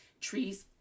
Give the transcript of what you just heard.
trees